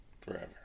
forever